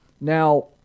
Now